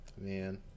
Man